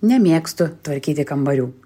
nemėgstu tvarkyti kambarių